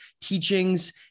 teachings